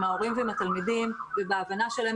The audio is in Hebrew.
עם ההורים ועם התלמידים ובהבנה שלהם